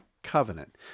covenant